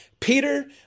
Peter